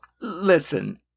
Listen